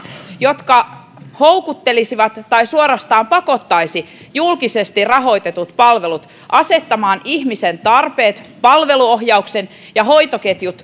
jotka houkuttelisivat tai suorastaan pakottaisivat julkisesti rahoitetut palvelut asettamaan ihmisen tarpeet palveluohjauksen ja hoitoketjut